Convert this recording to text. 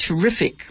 terrific